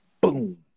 Boom